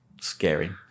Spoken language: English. scary